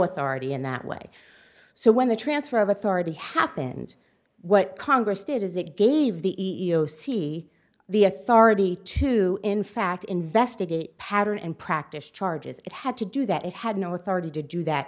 authority in that way so when the transfer of authority happened what congress did is it gave the e e o c the authority to in fact investigate pattern and practice charges it had to do that it had no authority to do that